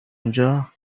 اونجا